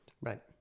Right